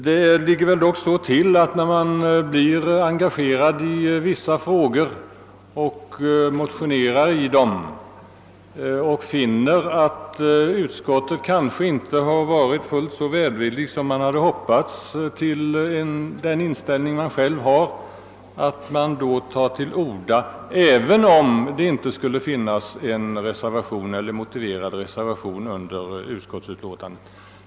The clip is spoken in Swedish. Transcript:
Men det ligger så till för min del att när jag blir engagerad i vissa frågor och väcker motioner men sedan finner att vederbörande utskott inte ställt sig så välvilligt som jag hoppats, tar jag till orda även om det inte skulle finnas någon motiverad reservation fogad till utlåtandet.